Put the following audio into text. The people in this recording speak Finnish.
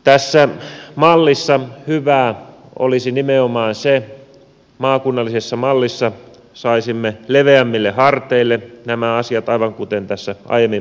tässä mallissa hyvää olisi nimenomaan se että maakunnallisessa mallissa saisimme leveämmille harteille nämä asiat aivan kuten tässä aiemmin mainitsin